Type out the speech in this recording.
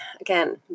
again